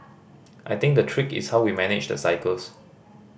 I think the trick is how we manage the cycles